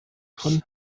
von